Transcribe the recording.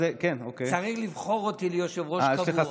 צריך לבחור אותי ליושב-ראש קבוע.